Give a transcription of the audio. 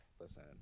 Listen